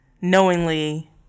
knowingly